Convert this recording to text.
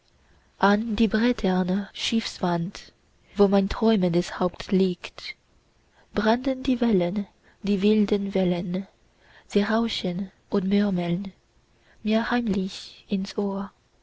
die bretterne schiffswand wo mein träumendes haupt liegt branden die wellen die wilden wellen sie rauschen und murmeln mir heimlich ins ohr